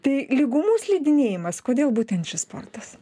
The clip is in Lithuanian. tai lygumų slidinėjimas kodėl būtent šis sportas